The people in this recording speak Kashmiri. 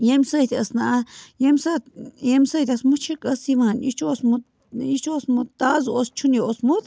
ییٚمہِ سۭتۍ ٲس نہٕ آ ییٚمہِ ساتہٕ ییٚمہِ سۭتۍ اَسہِ مُشِک ٲس یِوان یہِ چھُ اوسمُت یہِ چھُ اوسمُت تازٕ اوس چھُ نہٕ یہِ اوسمُت